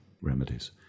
remedies